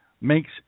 makes